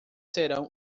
serão